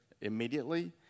immediately